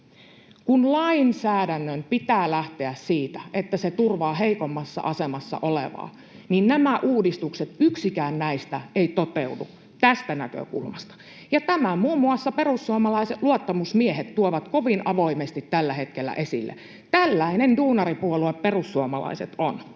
Kun lainsäädännön pitää lähteä siitä, että se turvaa heikoimmassa asemassa olevaa, niin yksikään näistä uudistuksista ei toteudu tästä näkökulmasta, ja tämän muun muassa perussuomalaiset luottamusmiehet tuovat kovin avoimesti tällä hetkellä esille. Tällainen duunaripuolue Perussuomalaiset on.